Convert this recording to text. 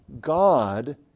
God